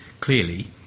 Clearly